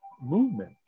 movement